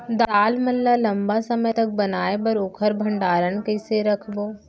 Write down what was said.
दाल मन ल लम्बा समय तक बनाये बर ओखर भण्डारण कइसे रखबो?